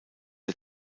der